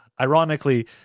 ironically